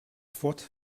fort